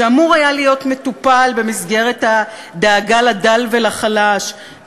שאמור היה להיות מטופל במסגרת הדאגה לדל ולחלש,